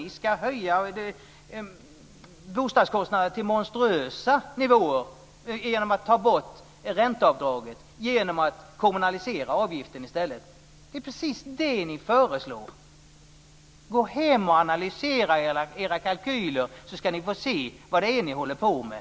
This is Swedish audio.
Ni ska höja bostadskostnader till monstruösa nivåer genom att ta bort ränteavdraget, genom att kommunalisera avgiften i stället. Det är precis det ni föreslår. Gå hem och analysera era kalkyler så ska ni få se vad det är ni håller på med!